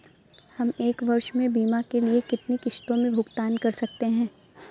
हम एक वर्ष में बीमा के लिए कितनी किश्तों में भुगतान कर सकते हैं?